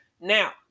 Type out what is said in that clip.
Now